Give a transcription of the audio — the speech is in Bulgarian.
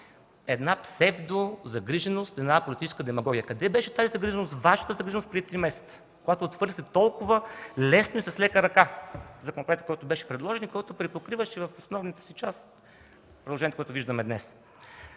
Една псевдозагриженост, една политическа демагогия. Къде беше тази Ваша загриженост преди три месеца, когато отхвърлихте толкова лесно и с лека ръка законопроекта, който беше предложени и припокриваше в основната си част предложенията, които виждаме днес?